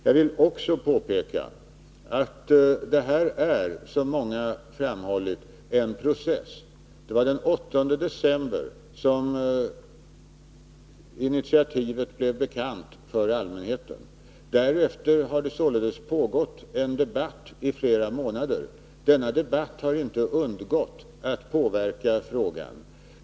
Jag vill också påpeka att detta — som många framhållit — är en process. Det var den 8 december som initiativet blev bekant för allmänheten. Därefter har det således pågått en debatt i flera månader. Denna debatt har inte undgått att påverka frågan.